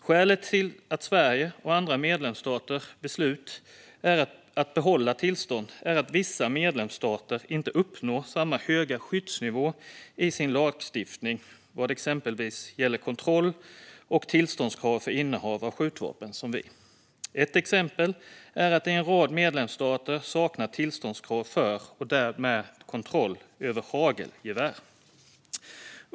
Skälet till Sveriges och andra medlemsstaters beslut att behålla tillstånd är att vissa medlemsstater inte uppnår samma höga skyddsnivå som vi i lagstiftningen vad exempelvis gäller kontroll och tillståndskrav för innehav av skjutvapen. Ett exempel är att en rad medlemsstater saknar tillståndsprov för och därmed kontroll över hagelgevär.